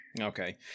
Okay